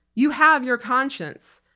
you have your conscience.